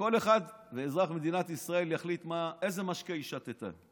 שכל אחד ואזרח במדינת ישראל יחליט איזה משקה היא שתתה.